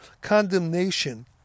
condemnation